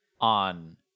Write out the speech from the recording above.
on